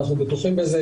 אנחנו בטוחים בזה,